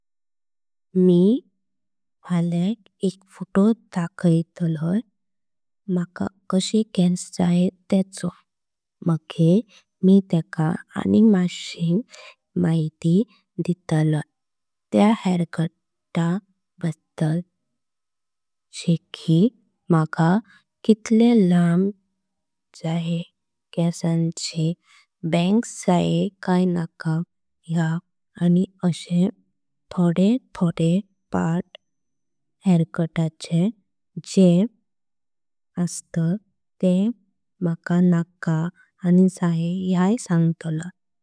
मी म्हळ्याक एक फोटो दाखय तळय मका कशे केस जाय। तेंचो मगेर मी तेका आनी माशी माहिती दीतलय त्या हेअरकट। बददळ जाशे कि मका कितली लांबी जाई केसांची। बँग्स जाय काय नका या आनी असे थोडे थोडे पार्ट। जे हेअरकटचे असत ते नका म्हंणन संगतलय।